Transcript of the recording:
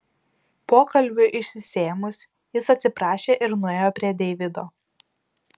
pokalbiui išsisėmus jis atsiprašė ir nuėjo prie deivido